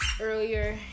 earlier